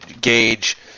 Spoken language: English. gauge